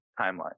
timeline